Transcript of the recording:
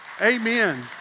Amen